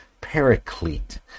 paraclete